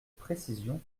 précision